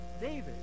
David